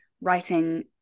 writing